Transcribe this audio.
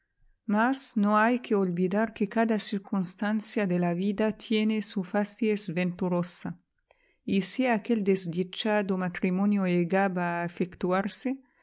mas no hay que olvidar que cada circunstancia de la vida tiene su facies venturosa y si aquel desdichado matrimonio llegaba a efectuarse